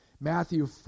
Matthew